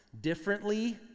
differently